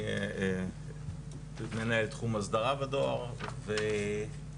אני מנהל תחום הסדרה בדואר ולשאלתך,